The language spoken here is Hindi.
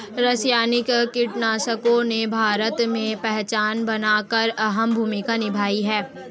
रासायनिक कीटनाशकों ने भारत में पहचान बनाकर अहम भूमिका निभाई है